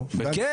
אני מברך על זה.